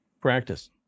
Practice